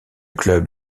club